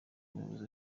umuyobozi